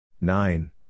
Nine